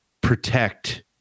protect